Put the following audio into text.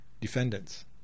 defendants